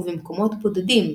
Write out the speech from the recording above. ובמקומות בודדים,